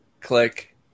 click